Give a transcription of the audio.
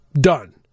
done